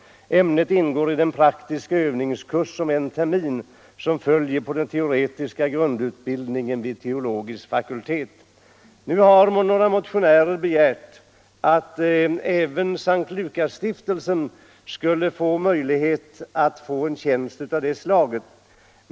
Ämnet ingår i den praktiska övningskurs om en termin som följer på den praktiska grundutbildningen vid teologisk fakultet. Nu har några motionärer begärt att även S:t Lukasstiftelsen skulle få möjlighet till en tjänst av det slaget.